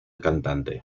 cantante